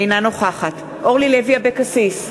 אינה נוכחת אורלי לוי אבקסיס,